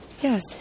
Yes